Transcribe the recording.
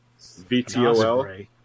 VTOL